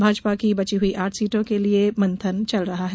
भाजपा की बची हुई आठ सीटों के लिए मंथन चल रहा है